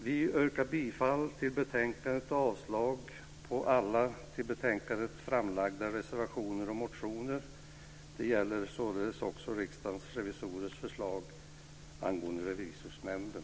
Vi yrkar bifall till förslaget i betänkandet och avslag på alla till betänkandet fogade reservationer och på motionerna. Det gäller således också Riksdagens revisorers förslag angående Revisorsnämnden.